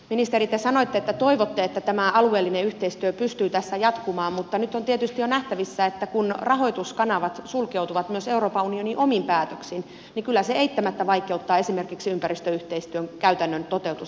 ministeri te sanoitte että toivotte että tämä alueellinen yhteistyö pystyy tässä jatkumaan mutta nyt on tietysti jo nähtävissä että kun rahoituskanavat sulkeutuvat myös euroopan unionin omin päätöksin niin kyllä se eittämättä vaikeuttaa esimerkiksi ympäristöyhteistyön käytännön toteutusta eteenpäin